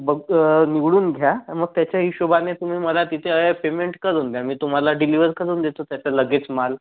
बघ निवडून घ्या मग त्याच्या हिशोबाने तुम्ही मला तिथे पेमेंट करून द्या मी तुम्हाला डिलीवर करून देतो त्याचं लगेच माल